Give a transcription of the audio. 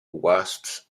wasps